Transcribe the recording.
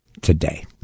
today